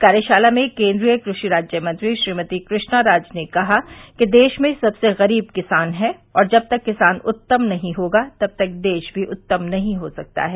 कार्यशाला में केन्द्रीय कृषि राज्य मंत्री श्रीमती कृ ष्णाराज ने कहा कि देश में सबसे गरीब किसान है और जब तक किसान उत्तम नहीं होगा तब तक देश भी उत्तम नहीं हो सकता है